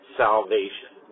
salvation